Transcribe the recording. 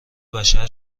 بشر